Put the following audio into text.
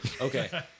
okay